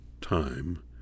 time